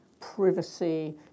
privacy